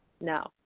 no